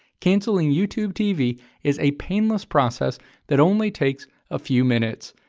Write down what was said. cancelling youtube tv is a painless process that only takes a few minutes.